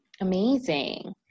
Amazing